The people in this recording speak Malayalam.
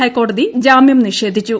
ഹൈക്കോടതി ജാമ്യം നിഷേധിച്ചു